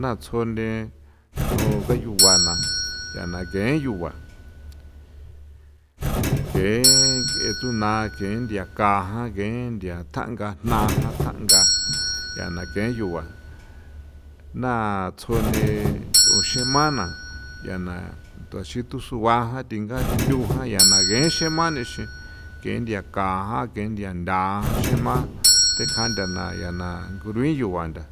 Na tsjone nch'o ngayugua ya na gen yugua ken nk'e tsuna ken nthia ka jan gen nthia tanga jna jan thanga ya na ken yugua na tsjone nch'u xemana ya na ndaxi thu sugua thinga rindu jan ya na ye xemanexe ke nthia ka jan ke nthia ntha jan xeman tekjan nda na ya na ngruin yugua ntha